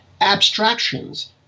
abstractions